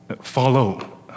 follow